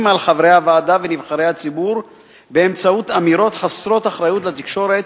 על חברי הוועדה ונבחרי הציבור באמירות חסרות אחריות לתקשורת